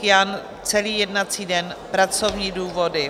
Jan celý jednací den pracovní důvody.